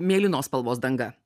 mėlynos spalvos danga